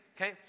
okay